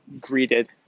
greeted